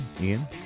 Ian